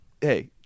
hey